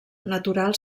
natural